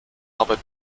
arbeit